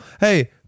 Hey